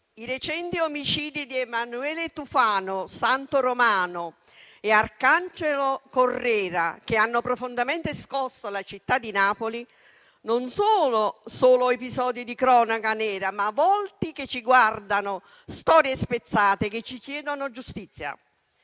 i recenti omicidi di Emanuele Tufano, Santo Romano e Arcangelo Correra, che hanno profondamente scosso la città di Napoli, non sono solo episodi di cronaca nera, ma volti che ci guardano, storie spezzate che ci chiedono giustizia.